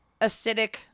acidic